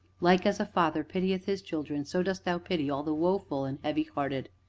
like as a father pitieth his children, so dost thou pity all the woeful and heavy-hearted.